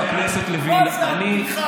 הכנסת לוין, בוא תסביר לי איזה ועדה יכולה להיות.